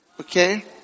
Okay